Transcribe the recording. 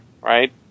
right